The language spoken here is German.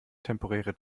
temporäre